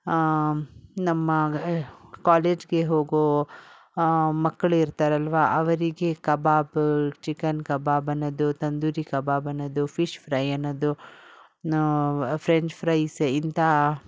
ನಮ್ಮ ಕಾಲೇಜ್ಗೆ ಹೋಗೋ ಮಕ್ಕಳಿರ್ತಾರಲ್ವ ಅವರಿಗೆ ಕಬಾಬ್ ಚಿಕನ್ ಕಬಾಬ್ ಅನ್ನೋದು ತಂದೂರಿ ಕಬಾಬ್ ಅನ್ನೋದು ಫಿಶ್ ಫ್ರೈ ಅನ್ನೋದು ಫ್ರೆಂಚ್ ಫ್ರೈಸೆ ಇಂಥ